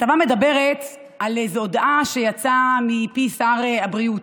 הכתבה מדברת על איזו הודעה שיצאה מפי שר הבריאות,